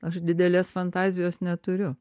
aš didelės fantazijos neturiu